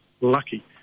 lucky